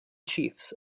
chiefs